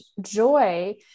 joy